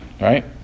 right